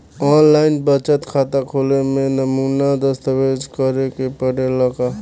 आन line बचत खाता खोले में नमूना हस्ताक्षर करेके पड़ेला का?